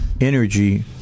energy